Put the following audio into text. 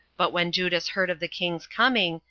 but when judas heard of the king's coming,